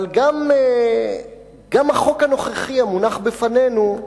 אבל גם החוק הנוכחי, המונח בפנינו,